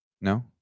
No